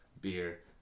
beer